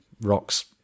rocks